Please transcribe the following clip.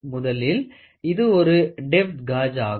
முதலில் இது ஒரு டெப்த் காஜ் ஆகும்